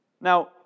Now